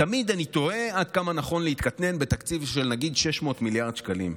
תמיד אני תוהה עד כמה נכון להתקטנן נגיד בתקציב של 600 מיליארד שקלים.